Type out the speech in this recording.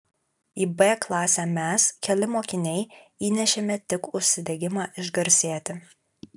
į b klasę mes keli mokiniai įnešėme tik užsidegimą išgarsėti